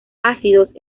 ácidos